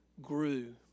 grew